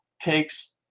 takes